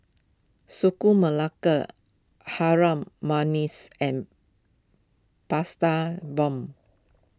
Sagu Melaka Harum Manis and pasta Bomb